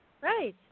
right